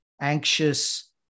anxious